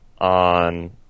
on